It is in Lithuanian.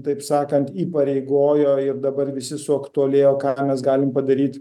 taip sakant įpareigojo ir dabar visi suaktualėjo ką mes galim padaryti